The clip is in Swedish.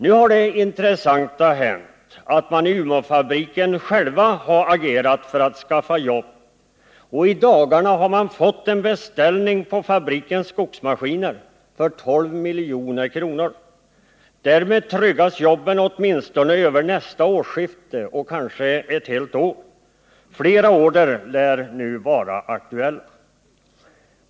Nu har det intressanta hänt att de anställda i Umeåfabriken själva agerat för att skaffa jobb, och i dagarna har man fått en beställning på fabrikens skogsmaskiner för 12 milj.kr. Därmed tryggas jobben åtminstone över nästa årsskifte och kanske ett helt år. Fler order lär vara aktuella.